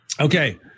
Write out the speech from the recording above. Okay